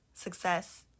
Success